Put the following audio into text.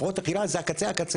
הפרעות אכילה הן הקצה-הקצה,